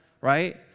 right